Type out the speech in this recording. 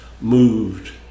moved